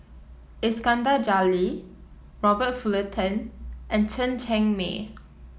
Iskandar Jalil Robert Fullerton and Chen Cheng Mei